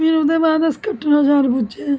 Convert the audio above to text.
फिर ओहदे बाद अस कटरा बजार पुज्जे